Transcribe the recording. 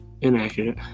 Inaccurate